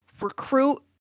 recruit